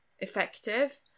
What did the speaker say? effective